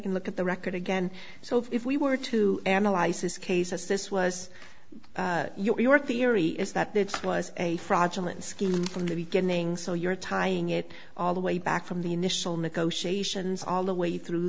can look at the record again so if we were to analyze this case as this was your theory is that there was a fraudulent scheme from the beginning so you're tying it all the way back from the initial negotiations all the way through